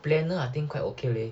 planner I think quite okay leh